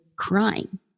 crying